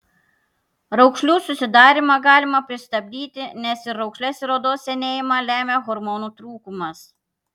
raukšlių susidarymą galima pristabdyti nes ir raukšles ir odos senėjimą lemia hormonų trūkumas